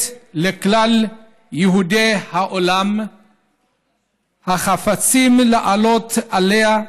לכלל יהודי העולם החפצים לעלות אליה,